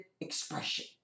expression